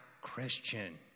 Christian